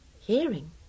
Hearing